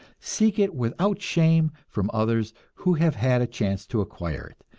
seek it without shame from others who have had a chance to acquire it.